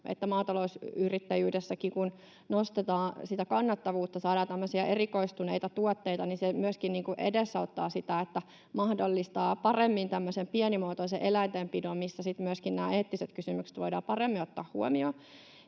että kun maatalousyrittäjyydessäkin nostetaan sitä kannattavuutta, saadaan tämmöisiä erikoistuneita tuotteita, niin se myöskin edesauttaa ja mahdollistaa paremmin tämmöistä pienimuotoista eläintenpitoa, missä sitten myöskin eettiset kysymykset voidaan paremmin ottaa huomioon.